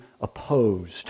opposed